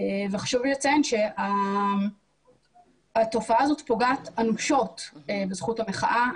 חשוב לי לציין שהתופעה הזאת פוגעת אנושות בזכות המחאה.